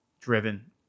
driven